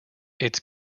its